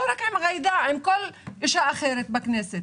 לא רק עם ג'ידא אלא עם כל אישה אחרת בכנסת.